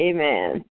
Amen